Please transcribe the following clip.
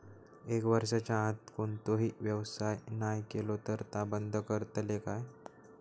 एक वर्षाच्या आत कोणतोही व्यवहार नाय केलो तर ता बंद करतले काय?